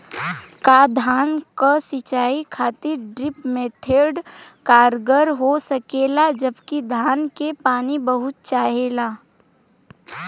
का धान क सिंचाई खातिर ड्रिप मेथड कारगर हो सकेला जबकि धान के पानी बहुत चाहेला?